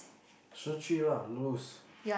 shi qu lah lose